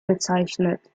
bezeichnet